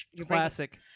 Classic